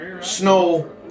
snow